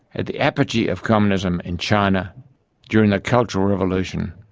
at the apogee of communism in china during the cultural revolution,